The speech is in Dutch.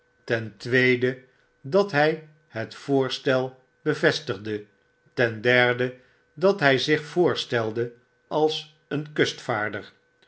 ten tweede dat hy het voorstel bevestigde ten derde dat hij zich voorstelde als een